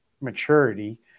maturity